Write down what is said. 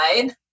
side